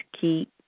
keep